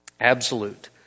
absolute